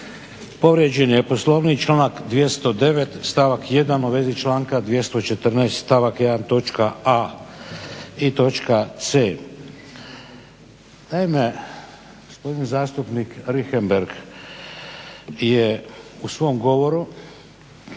Povrijeđen je Poslovnik, članak 209. stavak 1. u vezi članka 214. stavak 1.a i c. Naime gospodin zastupnik Richembergh u svom govoru